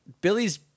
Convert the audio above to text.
Billy's